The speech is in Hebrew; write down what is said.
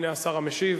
הנה השר המשיב